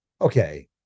okay